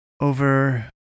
over